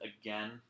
again